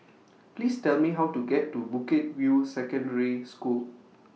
Please Tell Me How to get to Bukit View Secondary School